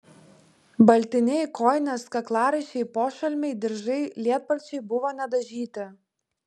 baltiniai kojinės kaklaraiščiai pošalmiai diržai lietpalčiai buvo nedažyti